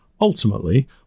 Ultimately